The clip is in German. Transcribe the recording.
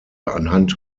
anhand